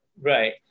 right